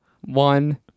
One